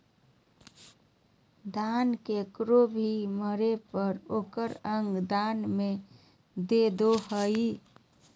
दान केकरो भी मरे पर ओकर अंग दान में दे दो हइ